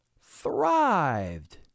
thrived